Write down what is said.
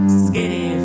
skinny